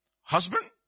husband